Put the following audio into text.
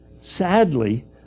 Sadly